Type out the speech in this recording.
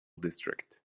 district